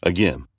Again